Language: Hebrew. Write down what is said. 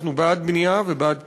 אנחנו בעד בנייה ובעד פיתוח,